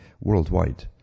worldwide